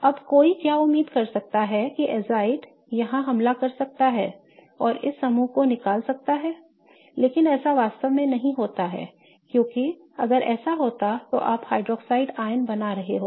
अब कोई क्या उम्मीद कर सकता है कि एजाइड यहां हमला कर सकता है और इस समूह को निकाल सकता है लेकिन ऐसा वास्तव में नहीं होता है क्योंकि अगर ऐसा होता तो आप हाइड्रॉक्साइड आयन बना रहे होते